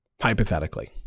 hypothetically